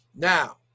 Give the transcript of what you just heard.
Now